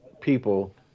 people